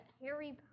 Harry